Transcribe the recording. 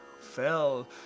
fell